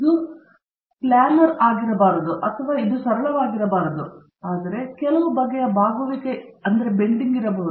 ಇದು ಪ್ಲ್ಯಾನರ್ ಆಗಿರಬಾರದು ಅಥವಾ ಇದು ಸರಳವಾಗಿರಬಾರದು ಆದರೆ ಕೆಲವು ಬಗೆಯ ಬಾಗುವಿಕೆ ಇರಬಹುದು